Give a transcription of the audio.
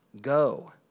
Go